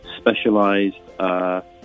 specialized